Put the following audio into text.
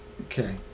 Okay